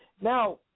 Now